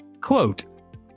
Quote